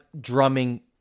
drumming